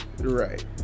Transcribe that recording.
Right